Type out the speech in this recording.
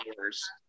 hours